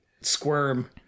squirm